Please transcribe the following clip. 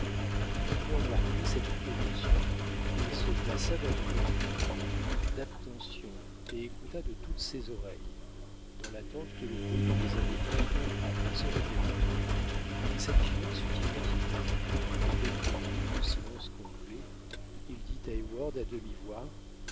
après avoir pris cette précaution il se plaça dans une attitude d'attention et écouta de toutes ses oreilles dans l'attente que le bruit qui les avait enfin frappées se répéterait mais sa vigilance fut inutile et après quelques minutes de silence complet il dit à